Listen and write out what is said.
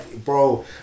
Bro